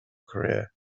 career